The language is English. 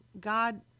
God